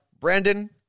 Brandon